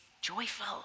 joyful